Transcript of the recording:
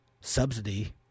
subsidy